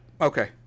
okay